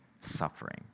suffering